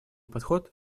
подход